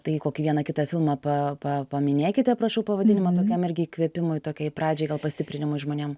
tai kokį vieną kitą filmą pa pa paminėkite prašau pavadinimą tokiam irgi įkvėpimui tokiai pradžiai gal pastiprinimui žmonėm